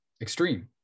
extreme